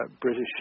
British